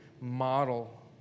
model